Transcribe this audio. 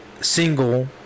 single